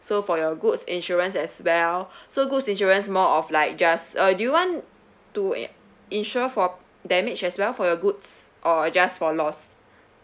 so for your goods insurance as well so so goods insurance more of like just uh do you want to in~ insure for damage as well for your goods or just for loss